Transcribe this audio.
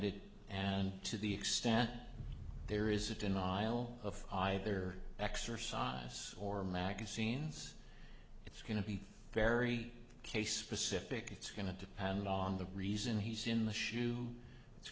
landed and to the extent there is a denial of either exercise or magazines it's going to be very case specific it's going to depend on the reason he's in the shoe it's